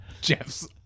Jeff's